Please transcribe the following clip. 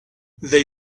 they